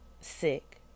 sick